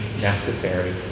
necessary